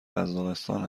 قزاقستان